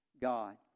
God